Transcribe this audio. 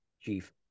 chief